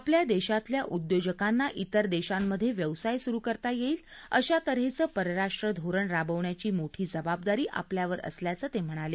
आपल्या देशातल्या उद्योजकांना तिर देशांमध्ये व्यवसाय सुरु करता येईल अशा तन्हेचं परराष्ट्र धोरण राबवण्याची मोठी जबाबदारी आपल्यावर असल्याचंही ते म्हणाले